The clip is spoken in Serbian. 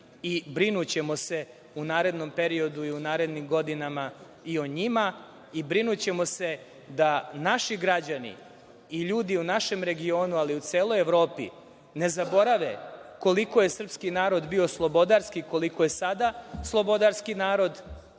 Brinućemo se u narednom periodu i u narednim godinama i o njima i brinućemo se da naši građani i ljudi u našem regionu, ali i u celoj Evropi ne zaborave koliko je srpski narod bio slobodarski, koliko je sada slobodarski narod